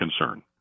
concern